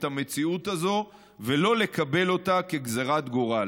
המציאות הזאת ולא לקבל אותה כגזרת גורל.